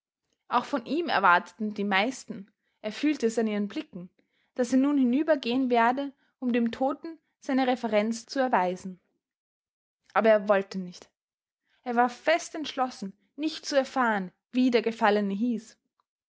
auch von ihm erwarteten die meisten er fühlte es an ihren blicken daß er nun hinübergehen werde um dem toten seine reverenz zu erweisen aber er wollte nicht er war fest entschlossen nicht zu erfahren wie der gefallene hieß